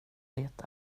vet